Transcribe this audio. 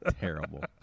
Terrible